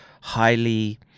highly